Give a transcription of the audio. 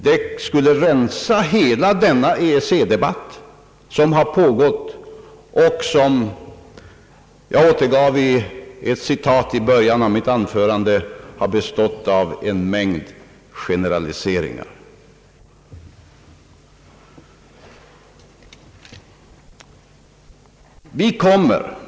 Det skulle rensa hela den EEC-debatt som har pågått och som — såsom jag återgav i ett citat i början av mitt anförande — har bestått av en mängd generaliseringar.